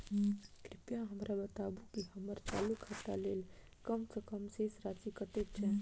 कृपया हमरा बताबू की हम्मर चालू खाता लेल कम सँ कम शेष राशि कतेक छै?